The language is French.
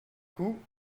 coup